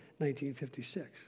1956